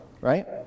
right